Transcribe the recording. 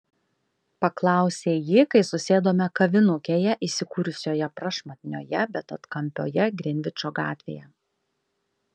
paklausė ji kai susėdome kavinukėje įsikūrusioje prašmatnioje bet atkampioje grinvičo gatvėje